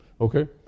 okay